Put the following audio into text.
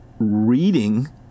reading